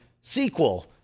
sequel